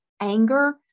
anger